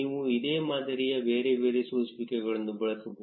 ನೀವು ಇದೇ ಮಾದರಿಯಲ್ಲಿ ಬೇರೆ ಬೇರೆ ಸೋಸುವಿಕೆಗಳನ್ನು ಬಳಸಬಹುದು